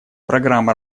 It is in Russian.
программа